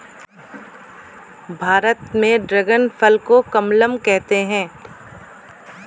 भारत में ड्रेगन फल को कमलम कहते है